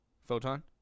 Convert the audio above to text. Photon